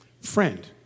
friend